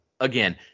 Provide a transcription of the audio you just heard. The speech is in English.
again